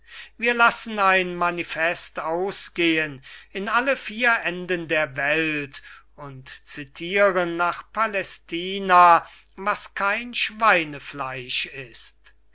wir lassen ein manifest ausgehen in alle vier enden der welt und citiren nach palästina was kein schweinefleisch ißt